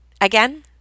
Again